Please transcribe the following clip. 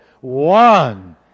One